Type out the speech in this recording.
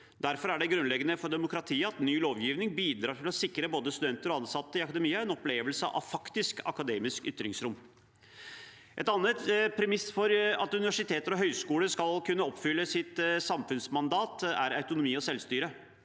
Derfor er det grunnleggende for demokratiet at ny lovgivning bidrar til å sikre både studenter og ansatte i akademia en opplevelse av faktisk akademisk ytringsrom. Et annet premiss for at universiteter og høyskoler skal kunne oppfylle sitt samfunnsmandat, er autonomi og selvstyre.